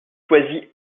choisis